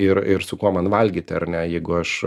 ir ir su kuo man valgyti ar ne jeigu aš